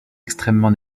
extrêmement